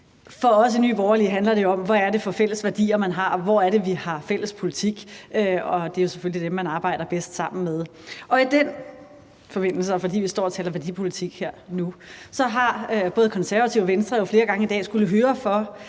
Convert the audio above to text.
For os i Nye Borgerlige handler det jo om, hvad det er for nogle fælles værdier, man har, og hvor det er, vi har en fælles politik, og det er selvfølgelig dem, man arbejder bedst sammen med. I den forbindelse, og fordi vi nu her står og taler værdipolitik, har både Konservative og Venstre jo flere gange i dag skullet høre for,